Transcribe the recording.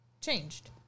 changed